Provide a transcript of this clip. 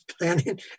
planning